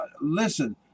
listen